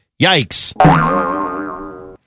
Yikes